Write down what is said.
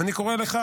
ואני קורא לך,